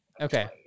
Okay